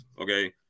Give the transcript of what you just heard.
okay